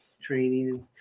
training